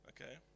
Okay